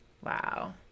Wow